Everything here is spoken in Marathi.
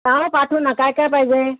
हा पाठवू ना काय काय पाहिजे